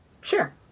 Sure